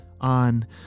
on